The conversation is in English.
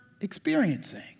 experiencing